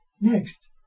Next